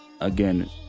Again